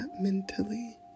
mentally